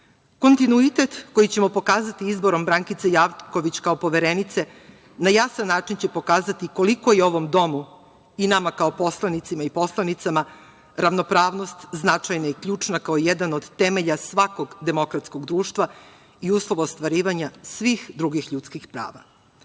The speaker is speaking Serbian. kontinuitet koji ćemo pokazati izborom Brankice Janković kao Poverenice na jasan način će pokazati koliko je ovom domu i nama kao poslanicima i poslanicama ravnopravnost značajna i ključna kao jedan od temelja svakog demokratskog društva i uslov ostvarivanja svih drugih ljudskih